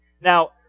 Now